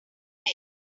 bed